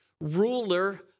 ruler